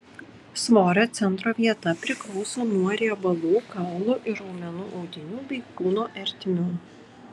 svorio centro vieta priklauso nuo riebalų kaulų ir raumenų audinių bei kūno ertmių